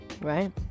right